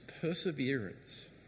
perseverance